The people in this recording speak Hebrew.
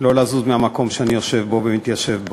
לא לזוז מהמקום שאני יושב בו ומתיישב בו.